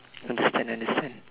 understand understand